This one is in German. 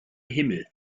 himmel